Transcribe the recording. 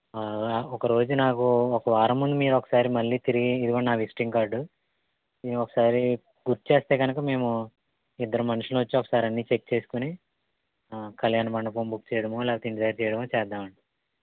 ఒక రోజు నాకు ఒక వారం ముందు మీరు ఒక సారి మళ్ళీ తిరిగి ఇదిగోండి నా విజిటింగ్ కార్డ్ మీరు ఒక సారి గుర్తు చేస్తే కనుక మేము ఇద్దరు మనుషులు వచ్చి ఒక సారి అన్నీ చెక్ చేసుకొని కల్యాణ మండపం బుక్ చెయ్యడమో లేకపోతే ఇంటి దగ్గర చెయ్యడమో చేద్దామండి